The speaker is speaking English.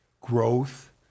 growth